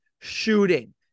shooting